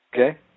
Okay